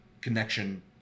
connection